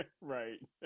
Right